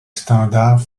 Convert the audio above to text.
standard